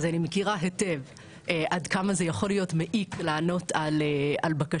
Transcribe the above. אז אני מכירה היטב עד כמה זה יכול להיות מעיק לענות על בקשות,